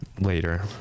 later